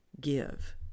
give